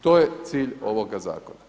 To je cilj ovoga zakona.